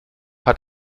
hat